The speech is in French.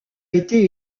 été